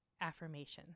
affirmations